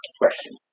question